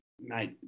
mate